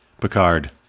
Picard